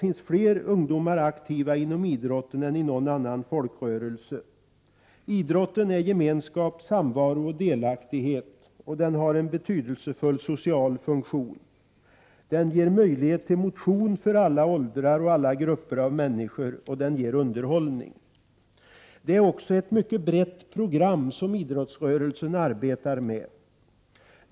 Fler ungdomar är aktiva inom idrotten än i någon annan folkrörelse. Idrotten ger gemenskap, samvaro och delaktighet och dessutom har den en betydelse som social funktion. Den ger möjlighet till motion för alla åldrar och alla grupper av människor och den ger underhållning. Det är också ett mycket brett program som idrottsrörelsen arbetar med.